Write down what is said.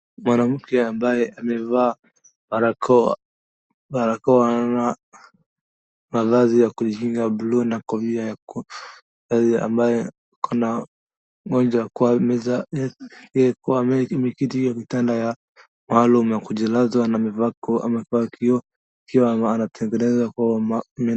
Mwanamke ambaye amevaa barakoa, barakoa na mavazi ya kujikinga blue na kofia ya ku ambaye ako na mgonjwa, yeye iko ameketi kwa kitanda ya maalum ya kujilaza na amevaa, amevaa kioo, anatengenezwa kwa.